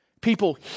People